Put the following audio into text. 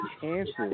chances